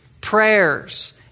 prayers